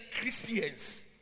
Christians